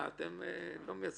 זה סיימנו?